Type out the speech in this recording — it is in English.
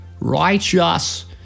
righteous